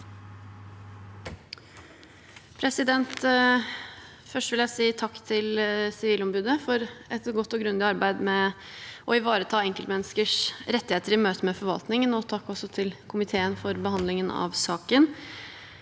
Først vil jeg si takk til Sivilombudet for et godt og grundig arbeid med å ivareta enkeltmenneskers rettigheter i møte med forvaltningen, og takk også til komiteen for behandlingen av saken.